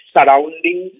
Surrounding